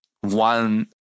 one